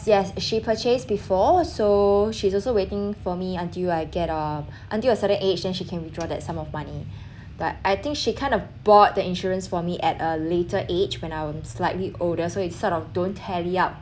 yes she purchased before so she's also waiting for me until I get uh until a certain age then she can withdraw that sum of money but I think she kind of bought the insurance for me at a later age when I'm slightly older so it sort of don't tally up